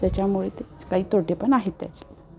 त्याच्यामुळे ते काही तोटे पण आहेत त्याचे